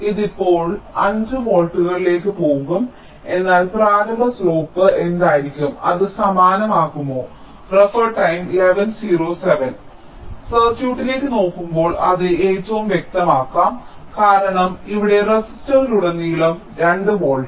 ഇത് ഇപ്പോഴും 5 വോൾട്ടുകളിലേക്ക് പോകും എന്നാൽ പ്രാരംഭ ചരിവ് എന്തായിരിക്കും അത് സമാനമാകുമോ സർക്യൂട്ടിലേക്ക് നോക്കുമ്പോൾ അത് ഏറ്റവും വ്യക്തമാകും കാരണം ഇവിടെ റെസിസ്റ്ററിലുടനീളം 2 വോൾട്ട്